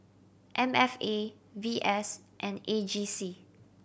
M F A V S and A G C